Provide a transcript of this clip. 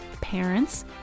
parents